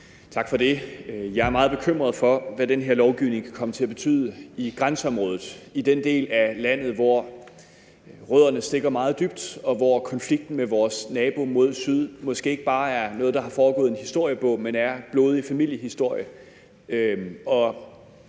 Tak for det. Jeg er meget bekymret over, hvad den her lovgivning kan komme til at betyde i grænseområdet – i den del af landet, hvor rødderne stikker meget dybt, og hvor konflikten med vores nabo mod syd måske ikke bare er noget, der er foregået i en historiebog, men er blodig familiehistorie.